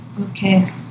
Okay